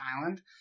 island